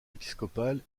épiscopal